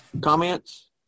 Comments